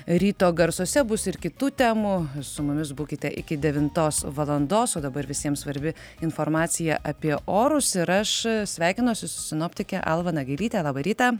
ryto garsuose bus ir kitų temų su mumis būkite iki devintos valandos o dabar visiems svarbi informacija apie orus ir aš sveikinuosi su sinoptike alma nagelyte labą rytą